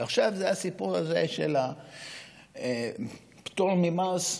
ועכשיו זה הסיפור הזה, של הפטור ממס,